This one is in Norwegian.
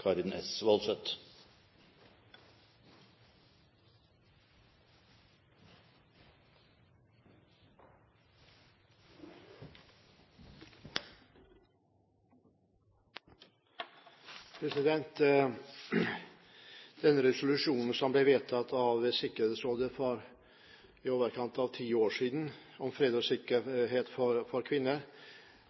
resolusjonen, om kvinner, fred og sikkerhet, som ble vedtatt av Sikkerhetsrådet for i overkant av ti år